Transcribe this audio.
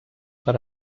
per